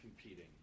competing